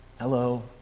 hello